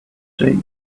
day